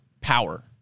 power